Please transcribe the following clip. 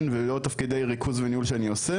ולעוד תפקידי ריכוז וניהול שאני עושה